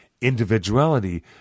individuality